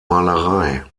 malerei